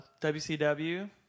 WCW –